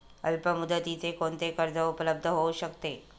अल्पमुदतीचे कोणते कर्ज उपलब्ध होऊ शकते?